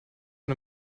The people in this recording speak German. von